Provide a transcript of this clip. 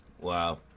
Wow